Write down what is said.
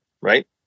right